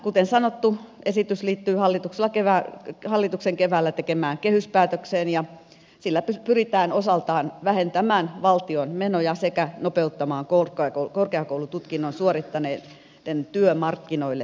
kuten sanottu tämä esitys liittyy hallituksen keväällä tekemään kehyspäätökseen ja sillä pyritään osaltaan vähentämään valtion menoja sekä nopeuttamaan korkeakoulututkinnon suorittaneiden työmarkkinoille siirtymistä